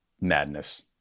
madness